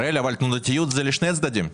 אבל תנודתיות זה לשני צדדים.